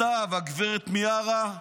אתה וגב' מיארה,